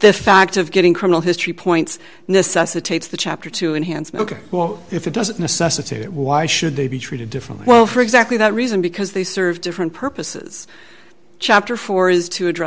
the fact of getting criminal history points necessitates the chapter two enhanced ok well if it doesn't necessitate it why should they be treated differently well for exactly that reason because they serve different purposes chapter four is to address